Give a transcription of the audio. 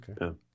Okay